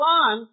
on